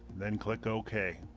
then click ok